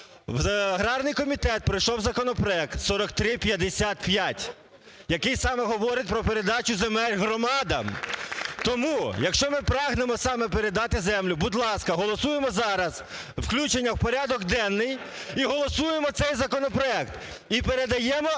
В аграрний комітет прийшов законопроект 4355, який саме говорить про передачу земель громадам. Тому, якщо ми прагнемо передати землю, будь ласка, голосуємо зараз включення в порядок денний і голосуємо цей законопроект, і передаємо